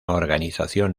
organización